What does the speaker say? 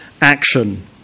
action